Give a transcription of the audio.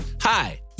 Hi